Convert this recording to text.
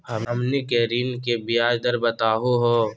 हमनी के ऋण के ब्याज दर बताहु हो?